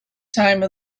time